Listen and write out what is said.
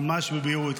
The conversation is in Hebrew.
ממש בבהירות.